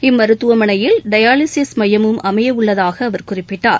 இம்முரத்துவமனையில் dialysis மையமும் அமைய உள்ளதாக குறிப்பிட்டார்